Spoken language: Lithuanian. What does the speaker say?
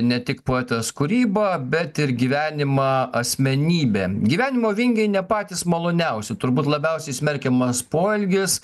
ne tik poetės kūrybą bet ir gyvenimą asmenybę gyvenimo vingiai ne patys maloniausi turbūt labiausiai smerkiamas poelgis